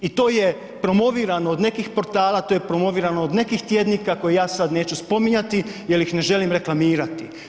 I to je promovirano od nekih portala, to je promovirano od nekih tjednika koje ja sada ne neću spominjati jer ih ne želim reklamirati.